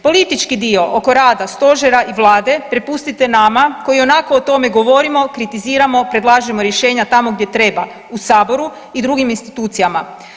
Politički dio oko rada Stožera i Vlade prepustite nama koji ionako o tome govorimo, kritiziramo, predlažemo rješenja tamo gdje treba, u Saboru i drugim institucijama.